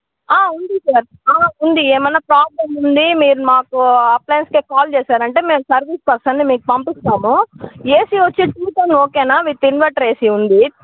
ఉంది సార్ ఉంది ఏమన్నా ప్రాబ్లం ఉంది మీరు మాకు అప్లయన్స్కు కాల్ చేశారంటే మేము సర్వీస్ పర్సన్ని మీకు పంపిస్తాము ఏసీ వచ్చేసి టు టన్ ఓకేన విత్ ఇన్వర్టర్ ఏసీ ఉంది